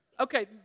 Okay